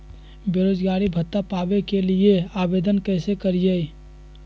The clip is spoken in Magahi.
बेरोजगारी भत्ता पावे के लिए आवेदन कैसे करियय?